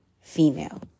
female